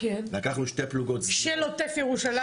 לקחנו שתי פלוגות --- של עוטף ירושלים,